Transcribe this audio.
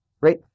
right